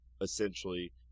essentially